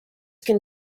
can